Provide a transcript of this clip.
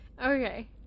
Okay